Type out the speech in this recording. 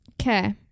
Okay